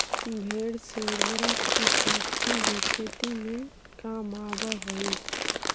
भेंड़ से उर्वरक की प्राप्ति भी खेती में काम आवअ हई